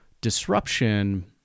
disruption